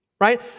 right